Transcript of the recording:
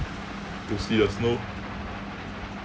to see the snow